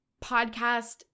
podcast